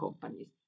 companies